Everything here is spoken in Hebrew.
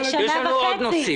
יש לנו עוד נושאים.